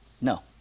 No